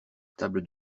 table